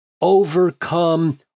overcome